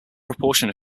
proportion